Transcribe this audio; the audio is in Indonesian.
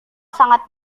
sangat